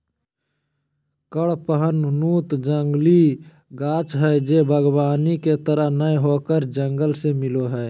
कडपहनुत जंगली गाछ हइ जे वागबानी के तरह नय होकर जंगल से मिलो हइ